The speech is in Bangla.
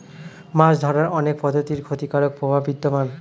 মাছ ধরার অনেক পদ্ধতির ক্ষতিকারক প্রভাব বিদ্যমান